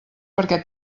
perquè